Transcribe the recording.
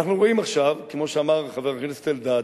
אנחנו רואים עכשיו, כמו שאמר חבר הכנסת אלדד,